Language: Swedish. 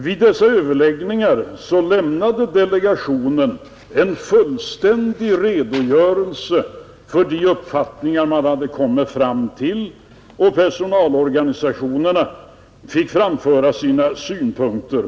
Vid dessa överläggningar lämnade delegationen en fullständig redogörelse för de uppfattningar man hade kommit fram till och personalorganisationerna fick framföra sina synpunkter.